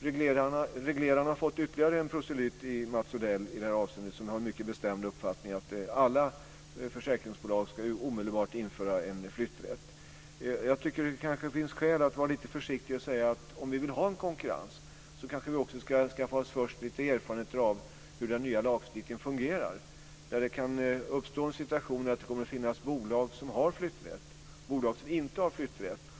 reglerarna har fått ytterligare en proselyt i Mats Odell i detta avseende som har en mycket bestämd uppfattning att alla försäkringsbolag omedelbart ska införa en flytträtt. Jag tycker att det kanske finns skäl att vara lite försiktig och säga att om vi vill ha en konkurrens kanske vi först ska skaffa oss lite erfarenheter av hur den nya lagstiftningen fungerar. Det kan uppstå en sådan situation att det kommer att finnas bolag som har flytträtt och bolag som inte har flytträtt.